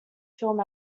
film